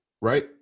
Right